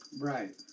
Right